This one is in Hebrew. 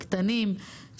קטנים,